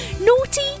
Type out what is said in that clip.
Naughty